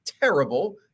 terrible